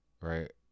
right